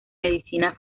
medicina